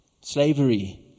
slavery